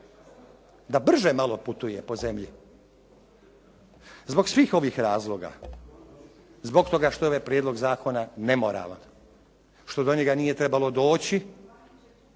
da brže malo putuje po zemlji. Zbog svih ovih razloga, zbog toga što je ovaj prijedlog zakona nemoralan, što do njega nije trebalo doći